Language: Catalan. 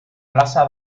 plaça